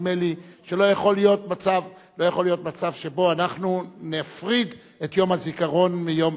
נדמה לי שלא יכול להיות מצב שבו נפריד את יום הזיכרון מיום,